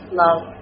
love